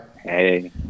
Hey